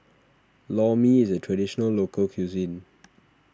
Lor Mee is a Traditional Local Cuisine